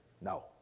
No